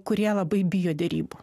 kurie labai bijo derybų